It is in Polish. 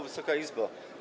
Wysoka Izbo!